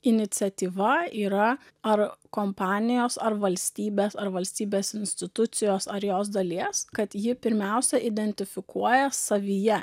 iniciatyva yra ar kompanijos ar valstybės ar valstybės institucijos ar jos dalies kad ji pirmiausia identifikuoja savyje